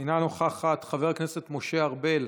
אינה נוכחת, חבר הכנסת משה ארבל,